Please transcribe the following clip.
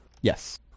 Yes